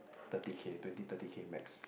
thirty K twenty thirty K max